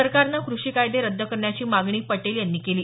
सरकारनं कृषी कायदे करण्याची मागणी पटेल यांनी केली